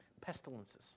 Pestilences